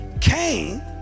Cain